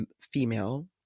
female